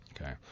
Okay